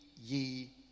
ye